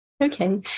Okay